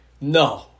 No